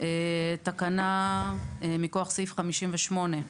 תקנה מכוח סעיף 58,